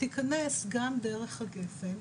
תיכנס גם דרך הגפן,